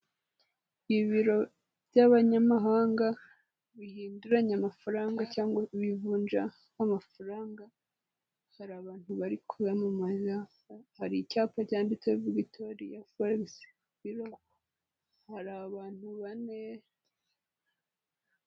Ibiro by'abanyamahanga bihinduranya amafaranga cyangwa imivunja amafaranga. Hari abantu bari kuyamamaza, hari icyapa cyanditse "vigictoria forex". Hari abantu bane.